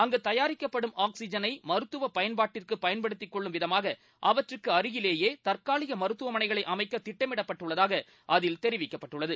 அங்கு தயாரிக்கப்படும் ஆக்ஸிஜனை மருத்துவ பயன்பாட்டிற்கு பயன்படுத்திக்கொள்ளும் விதமாக அவற்றுக்கு அருகிலேயே தற்காலிக மருத்துவமனைகளை அமைக்க திட்டமிடப்பட்டுள்ளதாக அதில் தெரிவிக்கப்பட்டுள்ளது